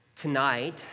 Tonight